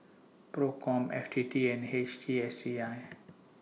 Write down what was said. PROCOM F T T and H T S C I